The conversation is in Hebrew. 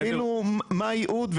מה הייעוד?